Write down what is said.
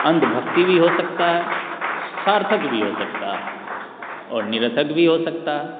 अंधभक्ति भी हो सकता है सार्थक भी हो सकता और निरर्थक भी हो सकता है